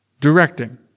Directing